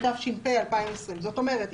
התש"ף 2020‏". זאת אומרת,